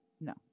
No